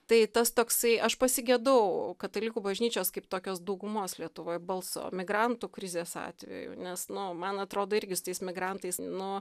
tai tas toksai aš pasigedau katalikų bažnyčios kaip tokios daugumos lietuvoj balso migrantų krizės atveju nes nu man atrodo irgi su tais migrantais nu